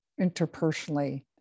interpersonally